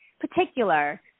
particular